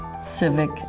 civic